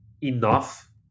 enough